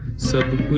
separate